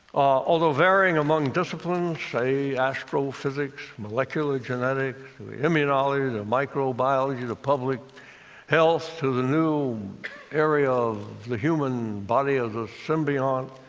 although varying among disciplines say, astrophysics, molecular genetics, the immunology, the microbiology, the public health, to the new area of the human body as a symbiont,